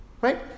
Right